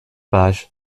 page